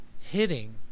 hitting